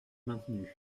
maintenu